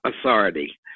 authority